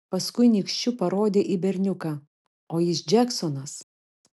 paskui nykščiu parodė į berniuką o jis džeksonas